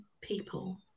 people